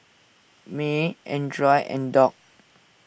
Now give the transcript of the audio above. Mae Arnold and Doc